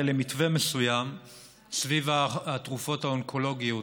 למתווה מסוים סביב התרופות האונקולוגיות.